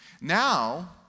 Now